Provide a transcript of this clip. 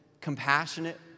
compassionate